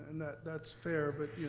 and that's fair, but you know,